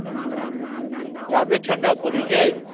जादे ठण्डा पड़ैत छै